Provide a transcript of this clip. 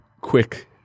quick